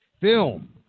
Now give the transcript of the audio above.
film